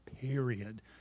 period